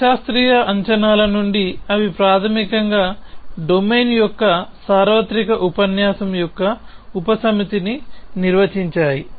అశాస్త్రీయ అంచనాల నుండి అవి ప్రాథమికంగా డొమైన్ యొక్క సార్వత్రిక ఉపన్యాసం యొక్క ఉపసమితిని నిర్వచించాయి